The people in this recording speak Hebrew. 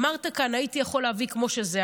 אמרת כאן: הייתי יכול להביא את זה כמו שזה,